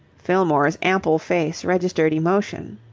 fillmore's ample face registered emotion.